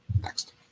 Next